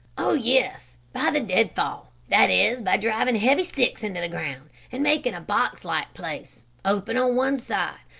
oh, yes, by the deadfall that is by driving heavy sticks into the ground, and making a box-like place, open on one side,